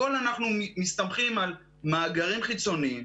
בכול אנחנו מסתמכים על מאגרים חיצוניים,